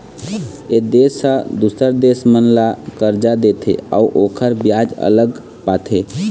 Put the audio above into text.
ए देश ह दूसर देश मन ल करजा देथे अउ ओखर बियाज अलग पाथे